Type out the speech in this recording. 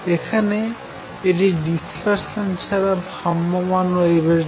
এখানে এটি ডিশপারশান ছাড়া ভ্রাম্যমাণ ওয়েভের জন্য